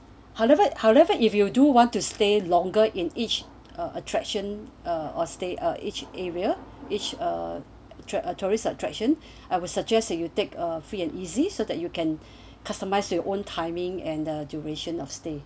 however however if you do want to stay longer in each attraction uh or stay are each area each uh tourist attraction I would suggest you take a free and easy so that you can customise your own timing and the duration of stay